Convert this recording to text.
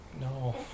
no